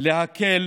להקל